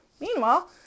Meanwhile